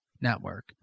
network